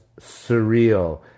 surreal